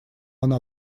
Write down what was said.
она